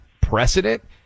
precedent